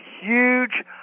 huge